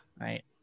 Right